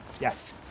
Yes